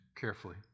carefully